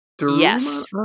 Yes